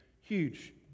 huge